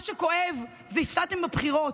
מה שכואב זה שהפסדתם בבחירות.